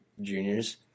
Juniors